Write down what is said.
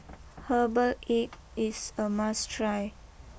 Herbal Egg is a must try